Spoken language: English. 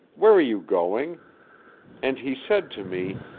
where are you going and he said to me,